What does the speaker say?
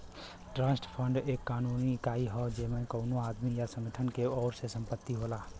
trust fund एक कानूनी इकाई हौ जेमन कउनो आदमी या संगठन के ओर से संपत्ति होला